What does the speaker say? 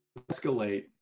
escalate